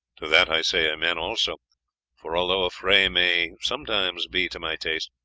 to that i say amen also for, although a fray may sometimes be to my taste,